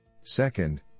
second